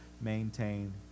maintain